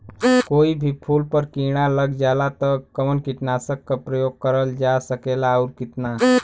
कोई भी फूल पर कीड़ा लग जाला त कवन कीटनाशक क प्रयोग करल जा सकेला और कितना?